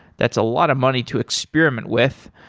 that's a lot of money to experiment with.